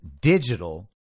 digital